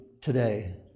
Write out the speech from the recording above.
today